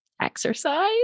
exercise